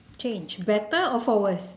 change better or for worse